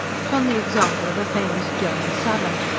shone the example of a famous german savant,